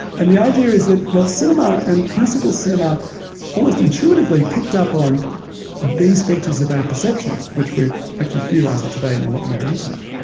and the idea is that while cinema and classical cinema almost intuitively picked up on these features of our perception, which we're actually theorising today in a lot more detail,